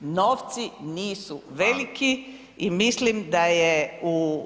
Novci nisu veliki [[Upadica: Hvala.]] i mislim da je u